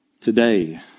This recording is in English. today